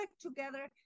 together